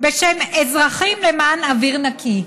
בשם אזרחים למען אוויר נקי.